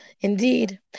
Indeed